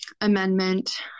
amendment